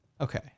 Okay